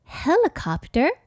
helicopter